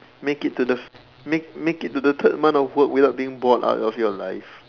make it to the make make it to the third month of work without being bored out of your life